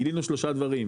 גילינו שלושה דברים,